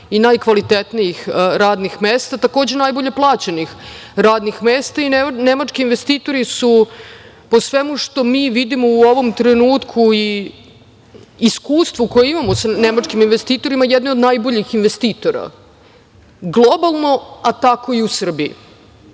i najkvalitetnijih radnih mesta, takođe, najbolje plaćenih radnih mesta. Nemački investitori su, po svemu što mi vidimo u ovom trenutku, i iskustvu koje imamo sa nemačkim investitorima, jedni od najboljih investitora, globalno, a tako i u Srbiji. Dakle,